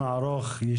לחזור בתשובה אתן.